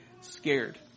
scared